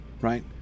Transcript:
Right